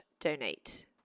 donate